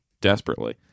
desperately